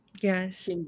Yes